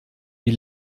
wie